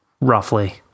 roughly